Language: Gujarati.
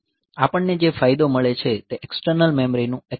આપણને જે ફાયદો મળે છે તે એક્સટર્નલ મેમરીનું ઍક્સેસ છે